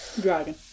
Dragon